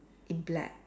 in black